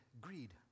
greed